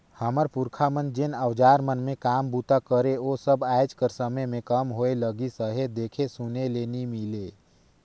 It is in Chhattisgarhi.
हमर पुरखा मन जेन अउजार मन मे काम बूता करे ओ सब आएज कर समे मे कम होए लगिस अहे, देखे सुने ले नी मिले